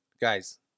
Guys